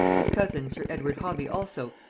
his cousin sir edward hobby also,